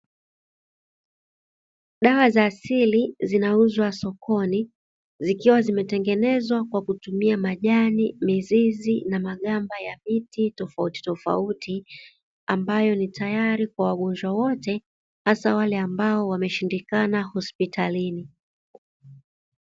Dawa za asili zinauzwa sokoni zikiwa zimetengenezwa kwa kutumia majani mizizi na magamba ya miti tofautitofauti ambayo, ni tayari kwa wagonjwa wote hasa wale ambao wameshindikana hospitalini.